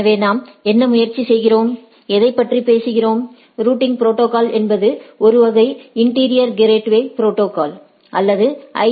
எனவே நாம் என்ன முயற்சி செய்கிறோம் எதைப் பற்றி பேசுகிறோம் ரூட்டிங் ப்ரோடோகால் என்பது ஒரு வகை இன்டிாியா் கேட்வே ப்ரோடோகால் அல்லது ஐ